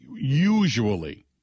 usually